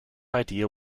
idea